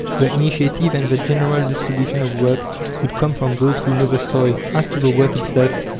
the initiative and the general distribution of work would come from those who know the soil. as to the work itself,